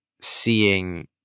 seeing